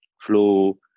flow